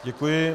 Děkuji.